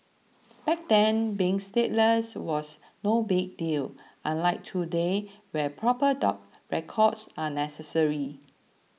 back then being stateless was no big deal unlike today where proper dog records are necessary